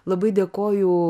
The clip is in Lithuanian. labai dėkoju